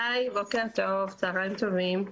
(היו"ר מאיר כהן, 12:34) צוהריים טובים.